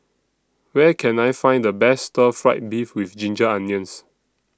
Where Can I Find The Best Stir Fried Beef with Ginger Onions